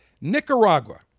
Nicaragua